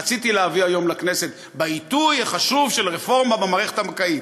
רציתי להביא היום לכנסת בעיתוי החשוב של רפורמה במערכת הבנקאית.